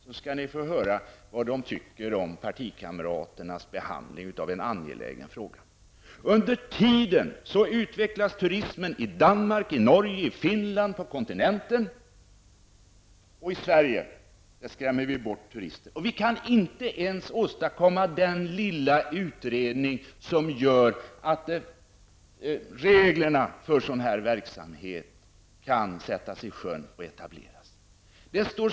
Ni skall då få höra vad de tycker om partikamraternas behandling av en angelägen fråga. Under tiden utvecklas turismen i Danmark, i Norge, i Finland och på kontinenten. Men i Sverige skrämmer vi bort turisterna. Vi kan inte ens åstadkomma den lilla utredning som behövs för att reglerna skall kunna utformas och verksamheten etableras.